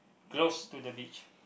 close to the beach